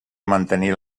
mantenir